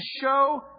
show